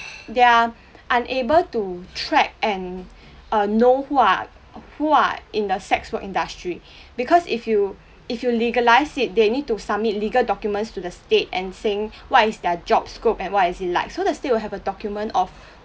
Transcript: they're unable to track and uh know who are who are in the sex work industry because if you if you legalised it they need to submit legal documents to the state and saying what is their job scope and what is it like so the state will have a document of